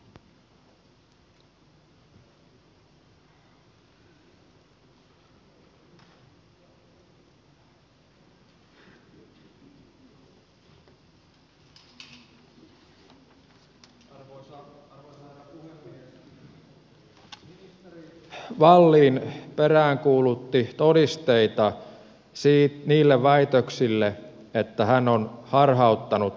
ministeri wallin peräänkuulutti todisteita niille väitöksille että hän on harhauttanut eduskuntaa